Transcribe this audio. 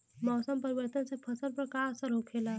मौसम परिवर्तन से फसल पर का असर होखेला?